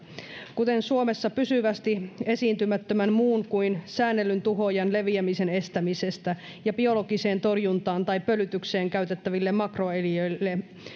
kuten suomessa pysyvästi esiintymättömän muun kuin säännellyn tuhoojan leviämisen estämisestä ja biologiseen torjuntaan tai pölytykseen käytettäville makroeliöille